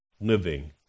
living